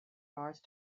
large